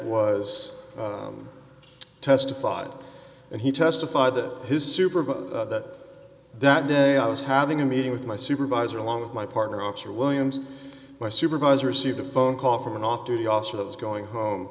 was testified and he testified that his supervisor that day i was having a meeting with my supervisor along with my partner officer williams my supervisor received a phone call from an off duty officer that was going home